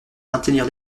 maintenir